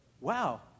wow